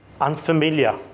unfamiliar